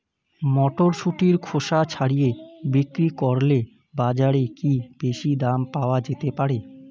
মটরশুটির খোসা ছাড়িয়ে বিক্রি করলে বাজারে কী বেশী দাম পাওয়া যেতে পারে?